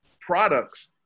products